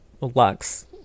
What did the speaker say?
Lux